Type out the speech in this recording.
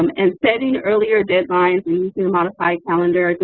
um and setting earlier deadlines modify calendar,